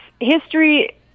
history